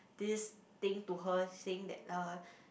this thing to her saying that uh